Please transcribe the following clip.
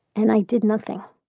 and i did nothing